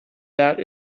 that